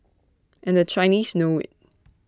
and the Chinese know IT